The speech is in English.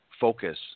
focus